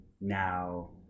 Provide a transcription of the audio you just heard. now